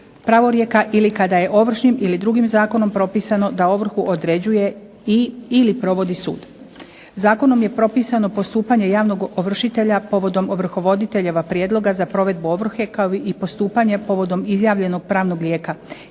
pravorijeka ili kada je ovršnim ili drugim zakonom propisano da ovrhu određuje i/ili provodi sud. Zakonom je propisano postupanje javnog ovršitelja povodom ovrhovoditeljeva prijedloga za provedbu ovrhe kao i postupanje povodom izjavljenog pravnog lijeka.